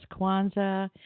Kwanzaa